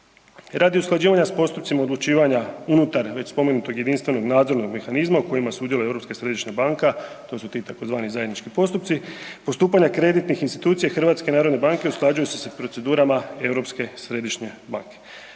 Radi usklađivanja s postupcima odlučivanja unutar već spomenutog jedinstvenog nadzornog mehanizma u kojima sudjeluje Europska središnja banka, to su ti tzv. zajednički postupci, postupanja kreditnih institucija HNB-a usklađuju se s procedurama